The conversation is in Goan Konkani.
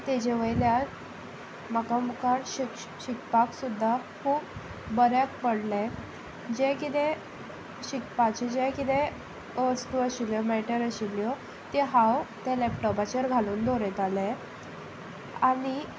ताचे वयल्यान म्हाका मुखार शिकपाक सुद्दां खूब बऱ्याक पडलें जें किदें शिकपाचें जें किदें वस्तू आशिल्ल्यो मॅटर आशिल्ल्यो त्यो हांव ते लॅपटॉपाचेर घालून दवरितालें आनी